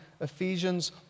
Ephesians